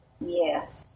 Yes